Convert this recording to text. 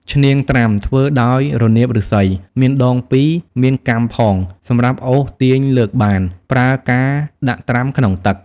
ឈ្នាងត្រាំ ធ្វើដោយរនាបឫស្សី មានដង ២ មានកាំផងសម្រាប់អូសទាញលើកបាន ប្រើការដាក់ត្រាំក្នុងទឹក ។